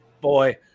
Boy